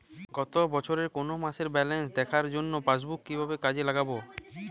গত বছরের কোনো মাসের ব্যালেন্স দেখার জন্য পাসবুক কীভাবে কাজে লাগাব?